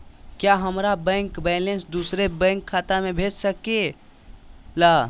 क्या हमारा bank balance दूसरे बैंक खाता में भेज सके ला?